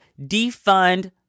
defund